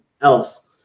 else